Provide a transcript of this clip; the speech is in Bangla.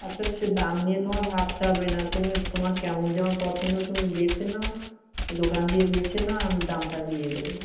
আচ্ছা সে দাম নিয়ে তোমার ভাবতে হবে না তুমি তোমার কেমন জামা পছন্দ তুমি বেছে নাও দোকান দিয়ে বেছে নাও আমি দামটা দিয়ে দেব